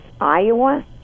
Iowa